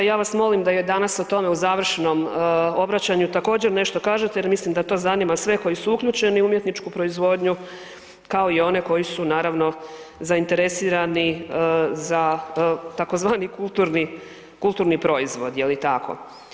Ja vas molim da danas o tome u završnom obraćanju također nešto kažete jer mislim da to zanima sve koji su uključeni u umjetničku proizvodnju kao i one koji su naravno zainteresirani za tzv. kulturni proizvod jeli tako.